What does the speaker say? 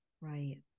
right